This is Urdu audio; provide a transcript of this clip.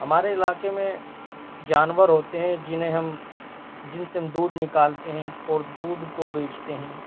ہمارے علاقے میں جانور ہوتے ہیں جنہیں ہم جن سے ہم دودھ نکالتے ہیں اور دودھ کو بیچتے ہیں